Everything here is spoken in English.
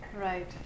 Right